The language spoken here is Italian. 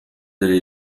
degli